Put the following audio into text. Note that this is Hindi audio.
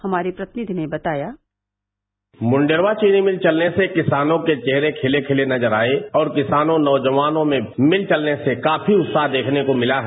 हमारे प्रतिनिधि ने बताया मुंडेरवा चीनी मिल चलने से किसानों के चेहरे खिले खिले नजर आये और किसानों जनौवानों में मिल चलने से काफी उत्साह देखने को मिला है